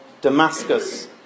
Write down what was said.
Damascus